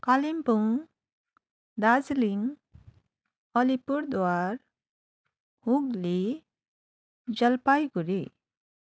Kalimpong Darjeeling Alipurduar Hooghly Jalpaiguri